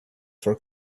for